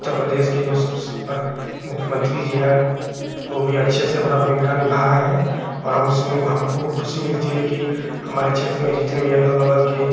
उत्तर प्रदेश के जो मुख्यमन्त्री जी हैं वह भी अच्छे से अपनी भूमिका निभा रहे हैं और हम उसमें हमको ख़ुशी मिलती है कि हमारे क्षेत्र में जितने भी अगल बगल के